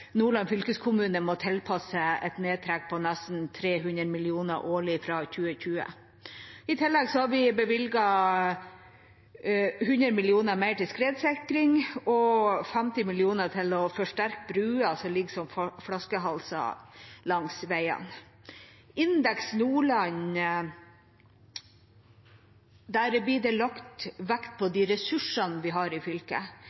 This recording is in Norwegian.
Nordland fylkeskommune må tilpasse seg et nedtrekk på nesten 300 mill. kr årlig fra 2020. I tillegg har vi bevilget 100 mill. kr mer til skredsikring og 50 mill. kr til å forsterke broer som ligger som flaskehalser langs veiene. Fra Indeks Nordland blir det lagt vekt på de ressursene vi har i fylket.